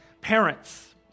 Parents